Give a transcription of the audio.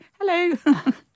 hello